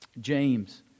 James